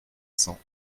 cents